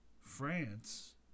France